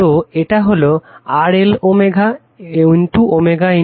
তো এটা হলো RL L ω ও এটা হলো RC XC